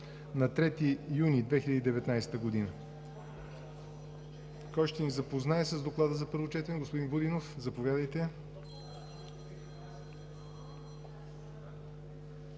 на 3 юни 2019 г. Кой ще ни запознае с Доклада за първо четене? Господин Будинов, имате